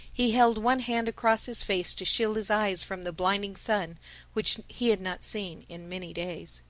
he held one hand across his face to shield his eyes from the blinding sun which he had not seen in many days.